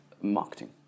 marketing